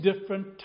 different